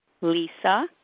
Lisa